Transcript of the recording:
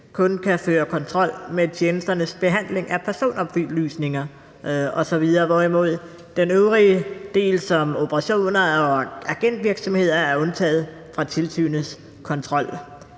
kun kan føre kontrol med tjenesternes behandling af personoplysninger osv., hvorimod den øvrige del såsom operationer og agentvirksomhed er undtaget fra tilsynets kontrol.